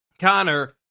Connor